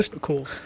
cool